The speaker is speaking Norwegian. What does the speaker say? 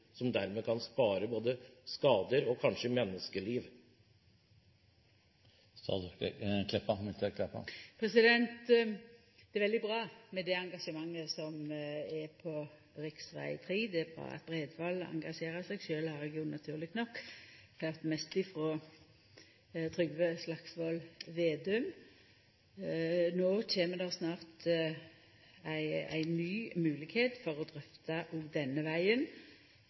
som kan spare skader og kanskje menneskeliv? Det er veldig bra med det engasjementet som er for rv. 3. Det er bra at Bredvold engasjerer seg. Sjølv har eg naturleg nok høyrt mest frå Trygve Slagsvold Vedum. No kjem det snart ei ny moglegheit for å drøfta òg denne